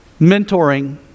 Mentoring